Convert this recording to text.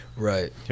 Right